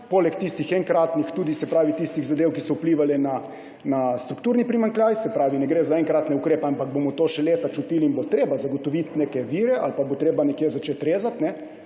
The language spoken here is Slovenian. nekega trošenja, poleg tistih zadev, ki so vplivale na strukturni primanjkljaj, se pravi, ne gre za enkratne ukrepe, ampak bomo to še leta čutili in bo treba zagotoviti neke vire ali pa bo treba nekje začeti rezati.